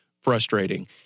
frustrating